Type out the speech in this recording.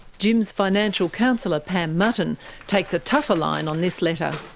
jim's financial counsellor pam mutton takes a tougher line on this letter.